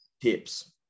Tips